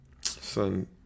son